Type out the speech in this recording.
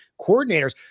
coordinators